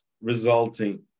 resulting